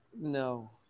No